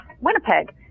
Winnipeg